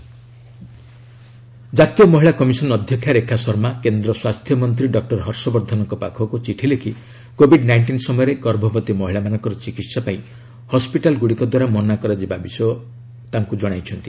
NCW chairperson ଜାତୀୟ ମହିଳା commission ଅଧ୍ୟକ୍ଷା ରେଖା ଶର୍ମା କେନ୍ଦ୍ର ସ୍ୱାସ୍ଥ୍ୟ ମନ୍ତ୍ରୀ ଡକ୍କର ହର୍ଷବର୍ଦ୍ଧନଙ୍କ ପାଖକୁ ଚିଠି ଲେଖି କୋଭିଡ୍ ନାଇଷ୍ଟିନ୍ ସମୟରେ ଗର୍ଭବତୀ ମହିଳାମାନଙ୍କର ଚିକିତ୍ସା ପାଇଁ ହସ୍କିଟାଲ୍ଗୁଡ଼ିକ ଦ୍ୱାରା ମନା କରାଯିବା ବିଷୟରେ ଜଣାଇଛନ୍ତି